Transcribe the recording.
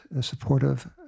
supportive